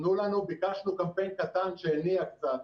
ביקשנו קמפיין קטן שהניע קצת